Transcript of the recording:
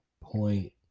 point